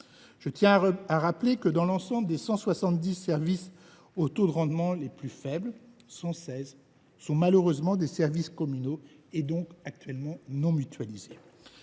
Je tiens à rappeler que dans l’ensemble des 170 services au taux de rendement le plus faible, 116 sont des services communaux, et donc non mutualisés.